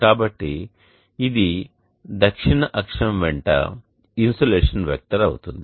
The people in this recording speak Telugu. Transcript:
కాబట్టి ఇది దక్షిణ అక్షం వెంట ఇన్సోలేషన్ వెక్టర్ అవుతుంది